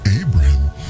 abraham